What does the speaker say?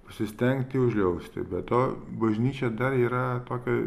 pasistengti užjausti be to bažnyčia dar yra tokia